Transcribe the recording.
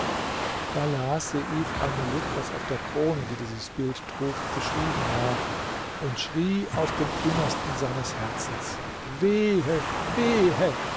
da las seif almuluk was auf der krone die dieses bild trug geschrieben war und schrie aus dem innersten seines herzens wehe wehe